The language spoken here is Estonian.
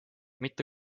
mitte